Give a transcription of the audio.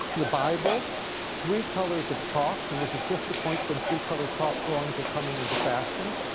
the bible, three colors of chalks and this is just the point when three color chalk drawings are coming into fashion.